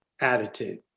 attitude